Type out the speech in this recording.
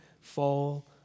fall